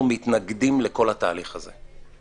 אנחנו מתנגדים לכל התהליך הזה.